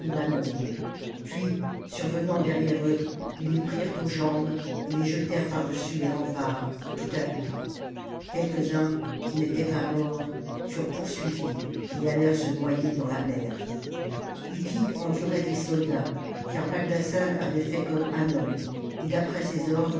puis survenant derrière eux ils les prirent aux jambes et les jetèrent par-dessus les remparts tout à coup quelques-uns qui n'étaient pas morts furent poursuivis et allèrent se noyer dans la mer utique endurait des soldats car magdassan avait fait comme hannon et d'après ses ordres